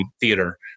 theater